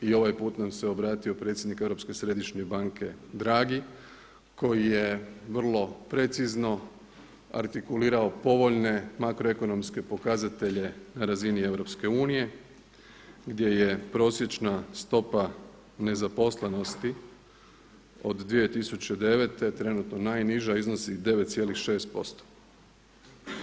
I ovaj puta nam se obratio predsjednik Europske središnje banke Draghi koji je vrlo precizno artikulirao povoljne makroekonomske pokazatelje na razini EU, gdje je prosječna stopa nezaposlenosti od 2009. trenutno najniža, iznosi 9,6%